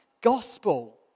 gospel